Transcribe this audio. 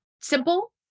simple